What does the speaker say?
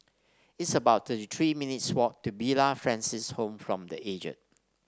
it's about thirty three minutes' walk to Villa Francis Home for The Aged